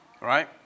Right